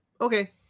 okay